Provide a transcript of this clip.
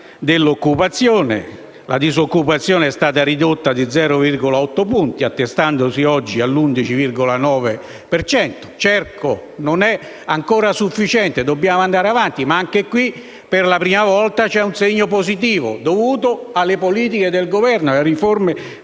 dell'occupazione. La disoccupazione si è ridotta di 0,8 punti percentuali, attestandosi oggi all'11,9 per cento. Certo, non è ancora sufficiente, dobbiamo andare avanti, ma anche in questo caso, per la prima volta, c'è un segno positivo dovuto alle politiche del Governo, alle riforme